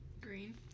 Green